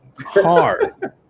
hard